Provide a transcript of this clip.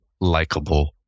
likable